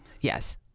Yes